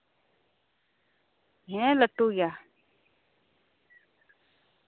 ᱦᱮᱸ ᱞᱟᱹᱴᱩ ᱜᱮᱭᱟ